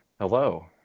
hello